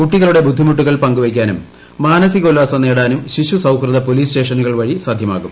കുട്ടികളുടെ ബുദ്ധിമുട്ടുകൾ പങ്കുവയ്ക്കാനും മാനസീകോല്ലാസം നേടാനും ശിശു സൌഹൃദ പോലീസ് സ്റ്റേഷനുകൾ വഴി സാധ്യമാകും